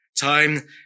Time